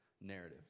narrative